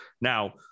Now